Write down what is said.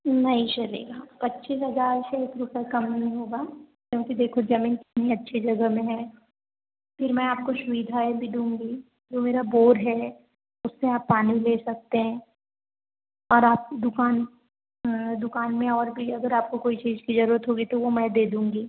नहीं चलेगा पच्चीस हज़ार से एक रुपये कम नहीं होगा क्योंकि देखो जमीन इतनी अच्छी जगह पर है फिर मैं आपको सुविधाएँ भी दूंगी जो मेरा बोर है उससे आप पानी ले सकते हैं और आप दुकान दुकान में और भी अगर आपको कोई चीज की ज़रूरत होगी तो वो मैं दे दूंगी